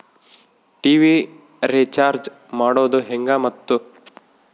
TV recharge ಮಾಡೋದು ಹೆಂಗ ಮತ್ತು?